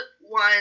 one